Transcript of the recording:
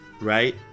right